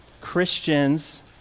Christians